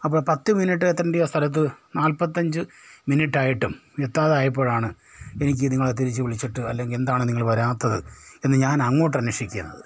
അപ്പം പത്ത് മിനിറ്റ് എത്തേണ്ടിയ സ്ഥലത്ത് നാല്പത്തഞ്ച് മിനിറ്റായിട്ടും എത്താതായപ്പോഴാണ് എനിക്ക് നിങ്ങളെ തിരിച്ച് വിളിച്ചിട്ടും അല്ലങ്കിൽ എന്താണ് നിങ്ങള് വരാത്തത് എന്ന് ഞാനങ്ങോട്ടന്വേഷിക്കരുത്